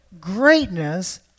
greatness